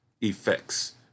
effects